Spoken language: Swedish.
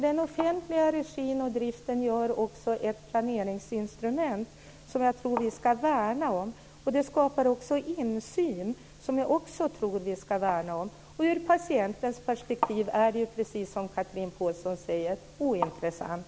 Den offentliga regin och driften utgör ett planeringsinstrument som jag tror att vi ska värna om. Det skapar också insyn, som jag också tror att vi ska värna om. Ur patientens perspektiv är det ointressant, precis som Chatrine Pålsson säger.